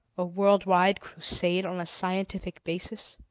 a worldwide crusade on a scientific basis!